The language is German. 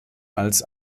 als